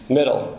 Middle